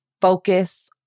focus